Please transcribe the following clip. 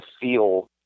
feel